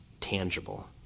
tangible